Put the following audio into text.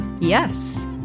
Yes